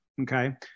okay